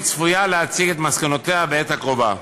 והיא צפויה להציג את מסקנותיה בעת הקרובה.